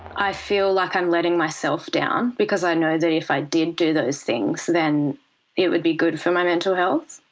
i feel like i'm letting myself down because i know that if i did do those things then it would be good for my mental health.